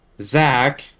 Zach